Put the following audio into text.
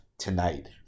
tonight